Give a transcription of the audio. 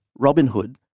Robinhood